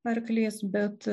arklys bet